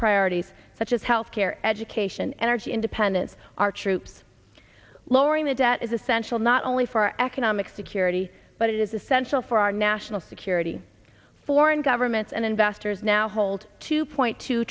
priorities such as health care education energy independence our troops lowering the debt is essential not only for our economic security but it is a set so far our national security foreign governments and investors now hold two point two